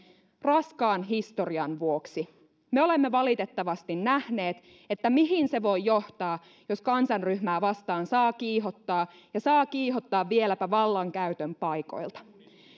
raskaan historian vuoksi me olemme valitettavasti nähneet mihin se voi johtaa jos kansanryhmää vastaan saa kiihottaa ja saa kiihottaa vieläpä vallankäytön paikoilta